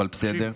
אבל בסדר.